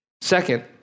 Second